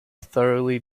thoroughly